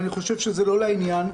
זה לא לעניין,